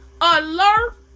alert